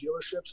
dealerships